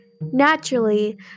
Naturally